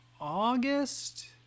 August